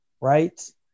right